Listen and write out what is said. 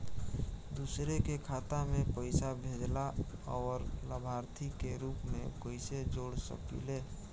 दूसरे के खाता में पइसा भेजेला और लभार्थी के रूप में कइसे जोड़ सकिले?